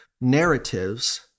narratives